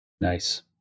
Nice